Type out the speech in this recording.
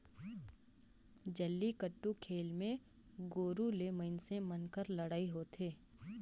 जल्लीकट्टू खेल मे गोरू ले मइनसे मन कर लड़ई होथे